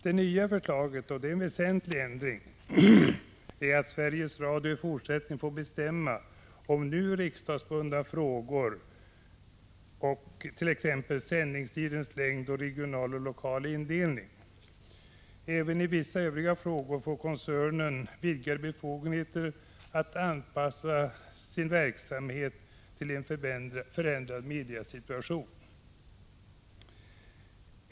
Det nya förslaget innebär — och det är en väsentlig ändring — att Sveriges Radio i fortsättningen får bestämma i nu riksdagsbundna frågor — t.ex. om sändningstidens längd och den regionala och lokala indelningen. Även i vissa andra frågor får koncernen vidgade befogenheter att anpassa sin verksamhet till en förändrad mediesituation.